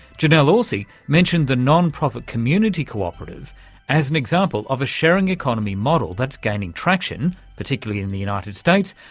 janelle orsi mentioned the non-profit community cooperative as an example of a sharing economy model that's gaining traction, particularly in the united states,